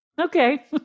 Okay